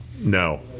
No